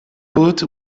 put